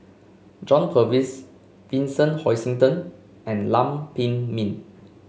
John Purvis Vincent Hoisington and Lam Pin Min